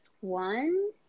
One